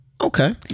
Okay